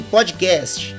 Podcast